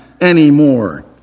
anymore